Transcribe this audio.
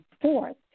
fourth